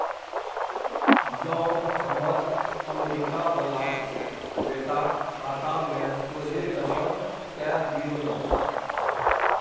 यौ हमर अमरीका बला बेटाक खाता मे सोझे जमा कए दियौ न